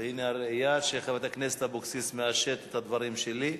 והנה הראיה שחברת הכנסת אבקסיס מאשרת את הדברים שלי,